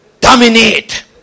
dominate